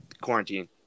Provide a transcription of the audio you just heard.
quarantine